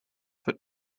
wird